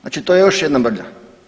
Znači to je još jedna mrlja.